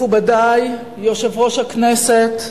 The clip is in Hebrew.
מכובדי, יושב-ראש הכנסת,